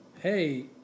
hey